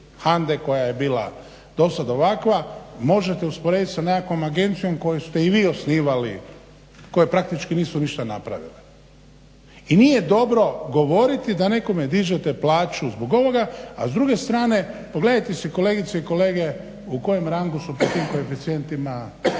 HANDA-e koja je bila do sad ovakva možete usporedit sa nekakvom agencijom koju ste i vi osnivali, koje praktički nisu ništa napravile. I nije dobro govoriti da nekome dižete plaću zbog ovoga, a s druge strane pogledajte si kolegice i kolege u kojem rangu su po tim koeficijentima